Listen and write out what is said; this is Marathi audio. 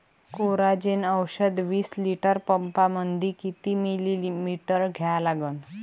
कोराजेन औषध विस लिटर पंपामंदी किती मिलीमिटर घ्या लागन?